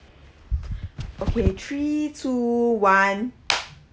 okay three two one